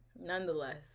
Nonetheless